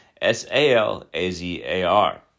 S-A-L-A-Z-A-R